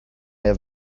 have